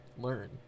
learn